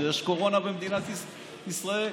שיש קורונה במדינת ישראל,